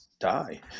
die